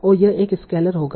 और यह एक स्केलर होगा